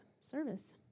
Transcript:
service